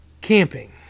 Camping